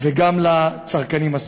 וגם לצרכנים.